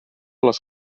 les